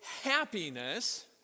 happiness